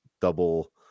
double